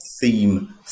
theme